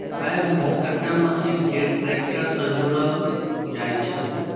पैघ घसकट्टा मशीन कें ट्रैक्टर सं जोड़ल जाइ छै